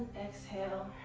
exhale.